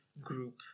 group